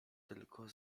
tylko